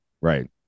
right